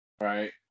right